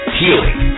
healing